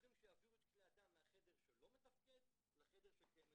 ניתוחים שיעבירו את כלי הדם מהחדר שלא מתפקד לחדר שכן מתפקד.